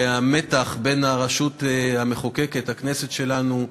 והמתח בין הרשות המחוקקת, הכנסת שלנו,